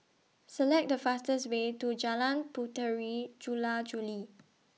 Select The fastest Way to Jalan Puteri Jula Juli